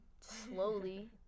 slowly